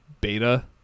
beta